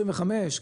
2025,